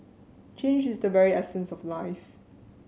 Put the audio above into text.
change is the very essence of life